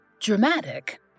dramatic